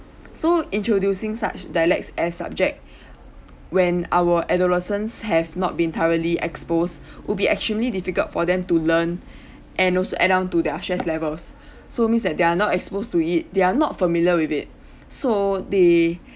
so introducing such dialects as subject when our adolescents have not been entirely exposed would be actually difficult for them to learn and also add on to their stress levels so means they are not exposed to it they are not familiar with it so they